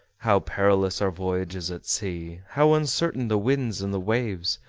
how perilous are voyages at sea, how uncertain the winds and the waves,